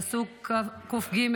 פסוק כ"ג,